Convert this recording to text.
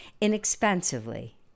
inexpensively